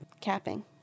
capping